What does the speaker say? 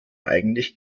eigentlich